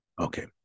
Okay